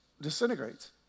disintegrates